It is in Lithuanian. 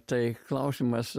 tai klausimas